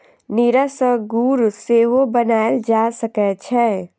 नीरा सं गुड़ सेहो बनाएल जा सकै छै